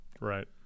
Right